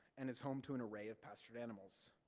and is home to an array of pastured animals.